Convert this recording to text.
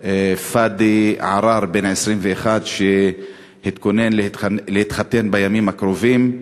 פאדי עראר, בן 21, שהתכונן להתחתן בימים הקרובים.